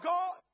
God